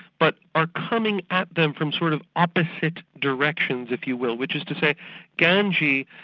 but are coming at them from sort of opposite directions if you will, which is to say ganji,